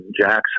Jackson